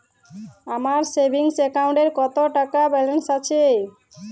আমার সেভিংস অ্যাকাউন্টে কত টাকা ব্যালেন্স আছে?